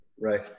Right